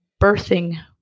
birthing